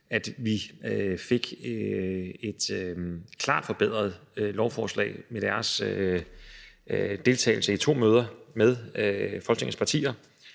at vi fik et klart forbedret lovforslag, med deres deltagelse i to møder med Folketingets partier,